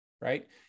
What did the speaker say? right